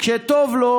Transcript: כשטוב לו,